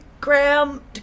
Graham